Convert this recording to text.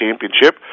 championship